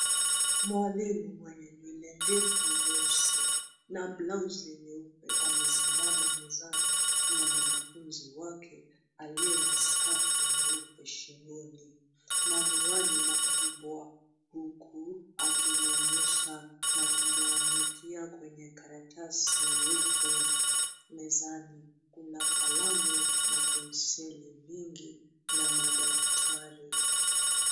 Mwalimu mwenye nywele ndefu nyeusi, na blausi nyeupe amesimama mezani na mwanafunzi wake, aliye na skafu nyeupe shingoni, na miwani makubwa. Huku, akimuonyesha na kumuandikia kwenye karatasi nyeupe. Mezani kuna kalamu, na penseli vingi, na madaftari.